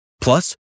Plus